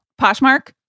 Poshmark